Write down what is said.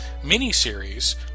miniseries